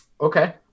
Okay